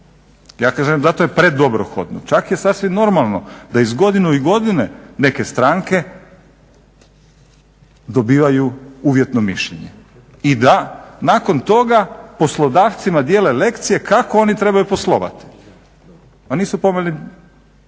Ja kažem zato je predobrohotno, čak je sasvim normalno da iz godine u godinu neke stranke dobivaju uvjetno mišljenje i da nakon toga poslodavcima dijele lekcije kako oni trebaju poslovati. A nisu pomeli